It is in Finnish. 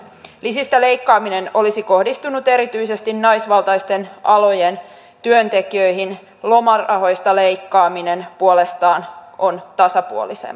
lisistä leikkaaminen olisi kohdistunut erityisesti naisvaltaisten alojen työntekijöihin lomarahoista leikkaaminen puolestaan on tasapuolisempaa